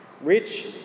Rich